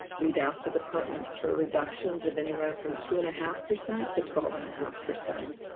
we'd asked the departments for reductions of anywhere from two and a half percent to twelve and a half percent.